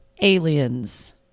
aliens